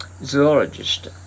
zoologist